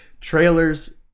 trailers